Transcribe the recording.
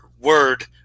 word